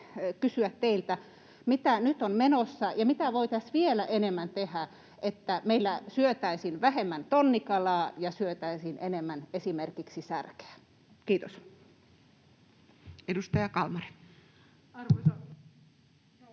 kysyä teiltä: mitä nyt on menossa, ja mitä voitaisiin vielä enemmän tehdä, jotta meillä syötäisiin vähemmän tonnikalaa ja syötäisiin enemmän esimerkiksi särkeä? — Kiitos. [Speech 169]